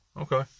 Okay